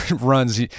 runs